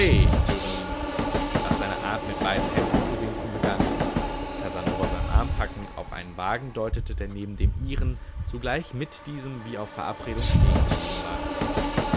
hören ließ nach seiner art mit beiden händen zu winken begann und casanova beim arm packend auf einen wagen deutete der neben dem ihren zugleich mit diesem wie auf verabredung stehengeblieben war